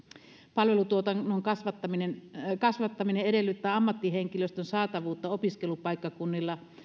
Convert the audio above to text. palvelutuotannon kasvattaminen kasvattaminen edellyttää ammattihenkilöstön saatavuutta opiskelupaikkakunnilla